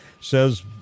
says